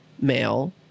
male